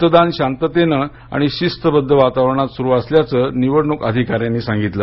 मतदान शांततेनं आणि शिस्तबद्ध वातावरणात सुरु असल्याचं निवडणूक अधिकाऱ्यांनी सांगितलं